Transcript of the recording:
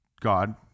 god